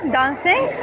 dancing